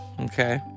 okay